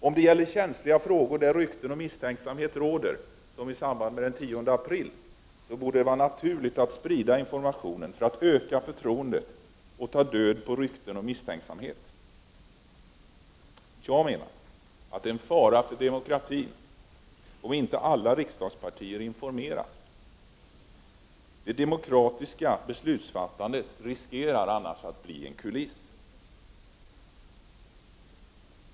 Om det gäller känsliga frågor där rykten förekommer och misstänksamhet råder, som var fallet den 10 april, borde det vara naturligt att sprida informationen för att öka förtroendet och ta död på rykten och undanröja misstänksamhet. Jag menar att det är en fara för demokratin när inte alla riksdagspartier informeras. Det demokratiska beslutsfattandet riskerar i så fall att bli en kuliss.